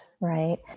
right